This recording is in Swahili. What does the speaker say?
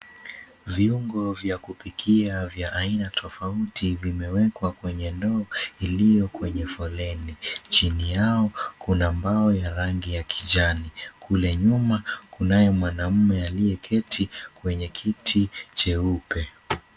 Viungo vya kupikia vya aina tofauti vimewekwa kwenye ndoo iliyo kwenye foleni. Chini yao kuna mbao ya rangi ya kijani. Kule nyuma kunaye mwanaume aliyeketi kwenye kiti cheupe.